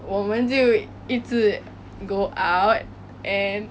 我们就一直 go out and